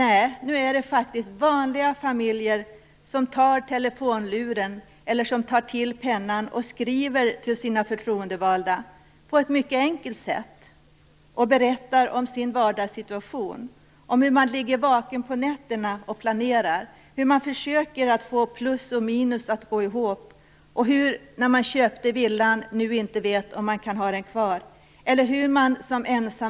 Nej, det är nu faktiskt vanliga familjer som lyfter på telefonluren eller skriver till sina förtroendevalda på ett mycket enkelt sätt och berättar om sin vardagssituation - om hur man ligger vaken på nätterna och planerar, hur man försöker att få plus och minus att gå ihop och kanske att man inte vet om man kan ha kvar villan som man har köpt.